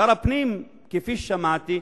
שר הפנים, כפי ששמעתי,